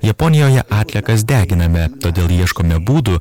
japonijoje atliekas deginame todėl ieškome būdų